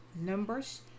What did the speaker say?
numbers